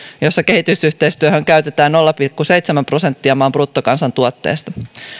jossa kehitysyhteistyöhön käytetään nolla pilkku seitsemän prosenttia maan bruttokansantuotteesta